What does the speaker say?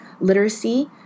literacy